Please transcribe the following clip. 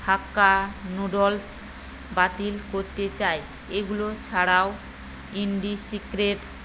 হাক্কা noodles বাতিল করতে চাই এগুলো ছাড়াও ইন্ডিসিক্রেটস